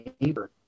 neighbor